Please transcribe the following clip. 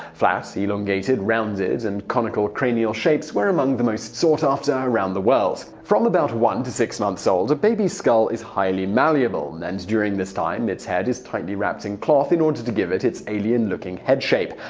flat, elongated, rounded, and conical cranial shapes were among the most sought after around the world. from about one to six months old, a baby's skull is highly malleable, and during this time its head is tightly wrapped in cloth, in order to give it its alien-looking head shape.